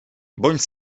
bądź